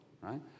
right